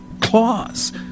claws